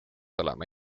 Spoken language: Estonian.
olema